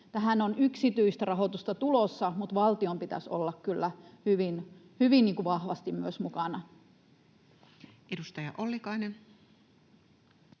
Tähän on yksityistä rahoitusta tulossa, mutta valtion pitäisi olla kyllä hyvin vahvasti myös mukana. [Speech 188] Speaker: